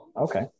Okay